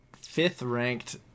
fifth-ranked